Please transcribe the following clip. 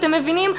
אתם מבינים?